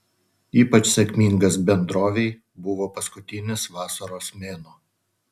ypač sėkmingas bendrovei buvo paskutinis vasaros mėnuo